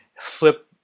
flip